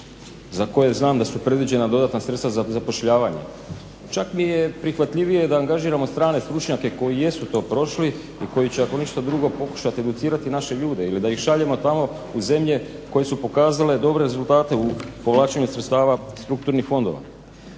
za koje znam da su predviđena dodatna sredstva za zapošljavanje. Čak mi je prihvatljivije da angažiramo strane stručnjake koji jesu to prošli i koji će ako ništa drugo pokušati educirati naše ljude ili da ih šaljemo tamo u zemlje koje su pokazale dobre rezultate u povlačenju sredstava strukturnih fondova.